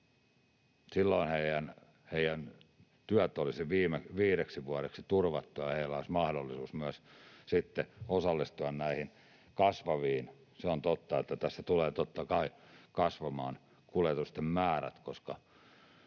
Silloin heidän työnsä olisi viideksi vuodeksi turvattu ja heillä olisi mahdollisuus myös sitten osallistua näihin kasvaviin... Se on totta, että tässä tulevat totta kai kasvamaan kuljetusten määrät,